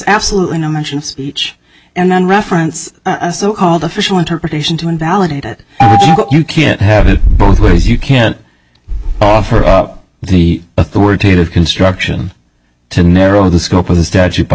absolutely no mention of speech and then reference a so called official interpretation to invalidate it but you can't have it both ways you can offer up the authoritative construction to narrow the scope of the statute by